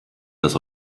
dass